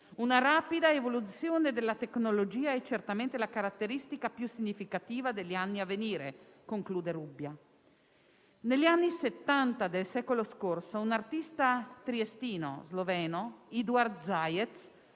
Una rapida evoluzione della tecnologia è certamente la caratteristica più significativa degli anni a venire», conclude Rubbia. Negli anni Settanta del secolo scorso un artista triestino sloveno, Edward Zajec,